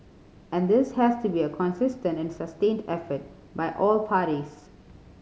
and this has to be a consistent and sustained effort by all parties